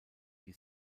die